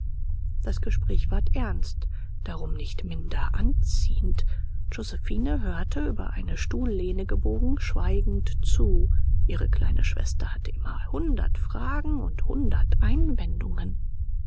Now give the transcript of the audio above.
das gespräch ward ernst darum nicht minder anziehend josephine hörte über eine stuhllehne gebogen schweigend zu ihre kleine schwester hatte immer hundert fragen und hundert einwendungen